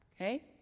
Okay